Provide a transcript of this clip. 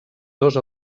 dos